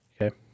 Okay